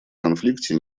конфликте